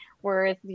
Whereas